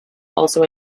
also